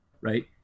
right